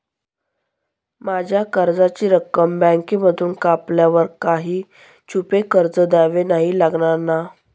माझ्या कर्जाची रक्कम बँकेमधून कापल्यावर काही छुपे खर्च द्यावे नाही लागणार ना?